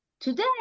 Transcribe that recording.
today